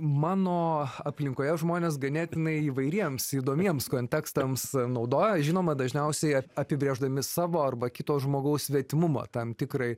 mano aplinkoje žmonės ganėtinai įvairiems įdomiems kontekstams naudoja žinoma dažniausiai apibrėždami savo arba kito žmogaus svetimumą tam tikrai